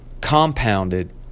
compounded